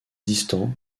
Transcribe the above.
distant